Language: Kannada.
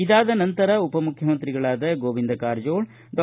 ಇದಾದ ನಂತರ ಉಪಮುಖ್ಯಮಂತ್ರಿಗಳಾದ ಗೋವಿಂದ ಕಾರಜೋಳ ಡಾ